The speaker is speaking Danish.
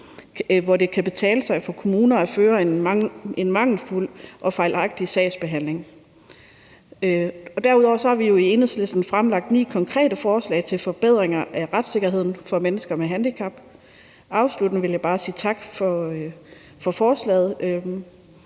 i dag kan betale sig for kommuner at føre en mangelfuld og fejlagtig sagsbehandling. Derudover har vi jo i Enhedslisten fremlagt ni konkrete forslag til forbedringer af retssikkerheden for mennesker med handicap. Afsluttende vil jeg bare sige tak for forslaget.